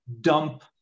dump